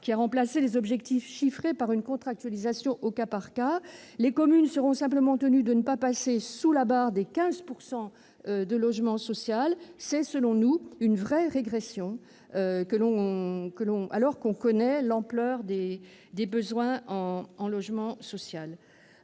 qui a remplacé les objectifs chiffrés par une contractualisation au cas par cas. Les communes seront simplement tenues de ne pas passer sous la barre des 15 % de logements sociaux. Selon nous, c'est là une véritable régression, au regard de l'ampleur des besoins en matière de logement social.